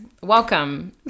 welcome